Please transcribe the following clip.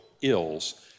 ills